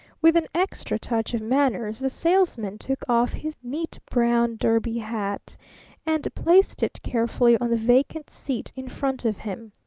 with an extra touch of manners the salesman took off his neat brown derby hat and placed it carefully on the vacant seat in front of him.